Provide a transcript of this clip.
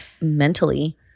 Mentally